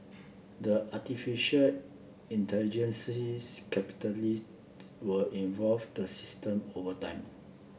the artificial intelligence's capitalist will involve the system over time